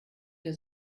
der